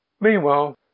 Meanwhile